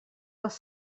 les